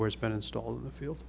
where it's been installed in the field